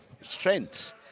strengths